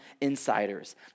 insiders